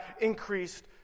increased